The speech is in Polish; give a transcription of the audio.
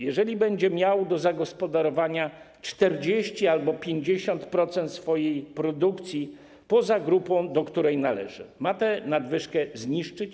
Jeżeli będzie miał do zagospodarowania 40% albo 50% swojej produkcji poza grupą, do której należy, to czy ma tę nadwyżkę zniszczyć?